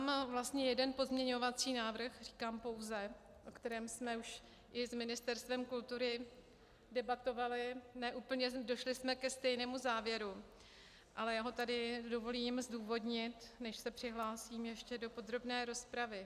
Mám vlastně jeden pozměňovací návrh, říkám pouze, o kterém jsme už i s Ministerstvem kultury debatovali, ne úplně jsme došli ke stejnému závěru, ale já si ho tady dovolím zdůvodnit, než se přihlásím ještě do podrobné rozpravy.